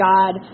God